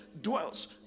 dwells